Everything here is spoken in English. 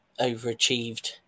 overachieved